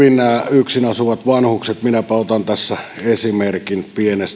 yksin asuvat vanhukset ja minäpä otan tässä esimerkin